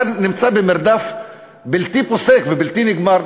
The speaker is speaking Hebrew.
אתה נמצא במרדף בלתי פוסק ובלתי נגמר.